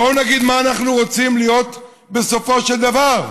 בואו נגיד מה אנחנו רוצים להיות בסופו של דבר: